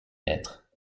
maître